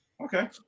Okay